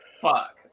fuck